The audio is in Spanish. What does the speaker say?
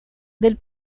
del